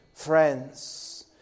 Friends